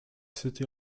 city